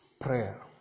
prayer